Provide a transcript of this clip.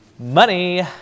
Money